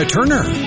Turner